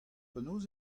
penaos